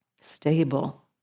stable